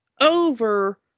over